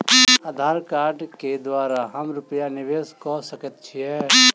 आधार कार्ड केँ द्वारा हम रूपया निवेश कऽ सकैत छीयै?